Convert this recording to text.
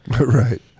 Right